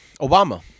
Obama